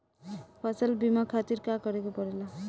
फसल बीमा खातिर का करे के पड़ेला?